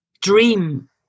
dream